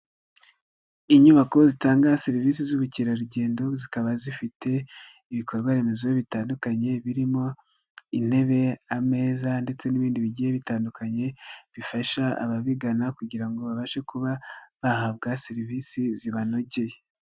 Inyubako zitanga serivisi z'ubukerarugendo zikaba zifite ibikorwaremezo bitandukanye birimo intebe, ameza, ndetse n'ibindi bigiye bitandukanye bifasha ababigana kugira ngo babashe kuba bahabwa serivisi zibanogeye.